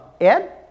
Ed